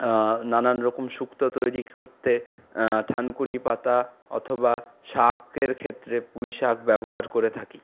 নানান রকম শুক্তো তৈরি করতে থানকুনি পাতা অথবা শাকের ক্ষেত্রে পুঁই শাক ব্যবহার করে থাকি